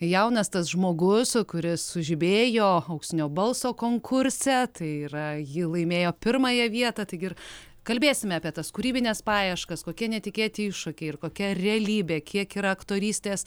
jaunas tas žmogus kuris sužibėjo auksinio balso konkurse tai yra ji laimėjo pirmąją vietą taigi ir kalbėsime apie tas kūrybines paieškas kokie netikėti iššūkiai ir kokia realybė kiek yra aktorystės